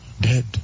dead